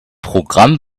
programm